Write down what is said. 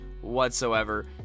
whatsoever